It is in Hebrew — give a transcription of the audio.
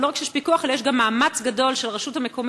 ולא רק שיש פיקוח אלא יש גם מאמץ גדול של הרשות העירונית,